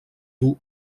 dur